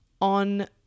on